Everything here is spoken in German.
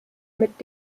mit